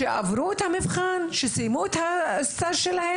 שעברו את המבחן ואת הסטאז',